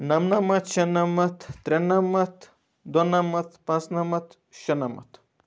نَمنَمَتھ شُنَمَتھ ترنَمَتھ دُنَمَتھ پانٛژ نَمَتھ شُنَمَتھ